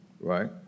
right